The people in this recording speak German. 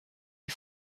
die